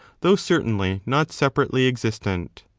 though certainly not separately existent,